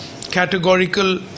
categorical